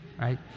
right